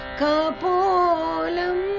kapolam